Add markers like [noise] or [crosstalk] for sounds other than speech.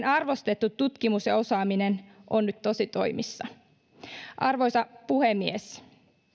[unintelligible] arvostettu tutkimus ja osaaminen ovat nyt tositoimissa arvoisa puhemies